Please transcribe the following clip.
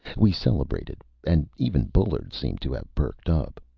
we celebrated, and even bullard seemed to have perked up.